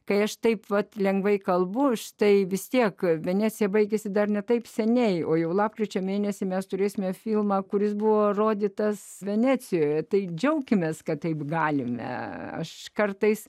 kai aš taip vat lengvai kalbu už tai vis tiek veneciją baigėsi dar ne taip seniai o jau lapkričio mėnesį mes turėsime filmą kuris buvo rodytas venecijoje tai džiaukimės kad taip galime aš kartais